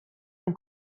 amb